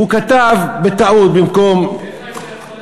הוא כתב בטעות, במקום, איך אתה יכול לדבר?